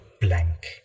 blank